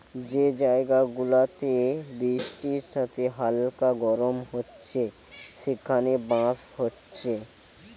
যে জায়গা গুলাতে বৃষ্টির সাথে হালকা গরম হচ্ছে সেখানে বাঁশ হচ্ছে